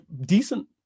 decent